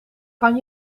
kan